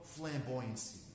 flamboyancy